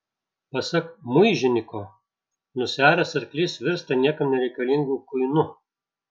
pasak muižiniko nusiaręs arklys virsta niekam nereikalingu kuinu